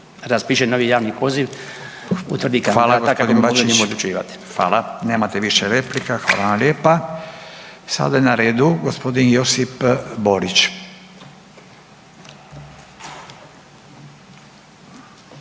Furio (Nezavisni)** Hvala gospodin Bačić, hvala, nemate više replika, hvala vam lijepa. I sada je na redu gospodin Josip Borić.